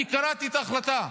אני קראתי את ההחלטה.